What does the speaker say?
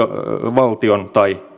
valtion tai